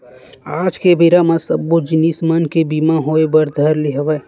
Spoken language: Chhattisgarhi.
आज के बेरा म सब्बो जिनिस मन के बीमा होय बर धर ले हवय